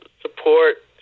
support